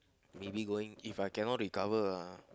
maybe going If I cannot recover ah